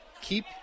keep